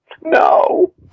no